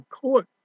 court